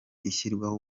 ishyirwaho